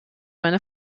meine